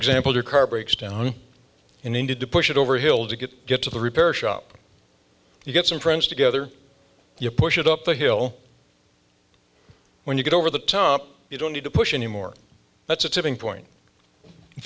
example your car breaks down and indeed to push it over hill to get get to the repair shop you get some friends together you push it up the hill when you get over the top you don't need to push any more that's a tipping point in